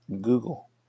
Google